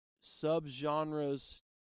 sub-genres